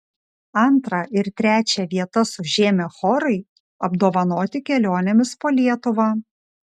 antrą ir trečią vietas užėmę chorai apdovanoti kelionėmis po lietuvą